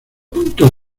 puntos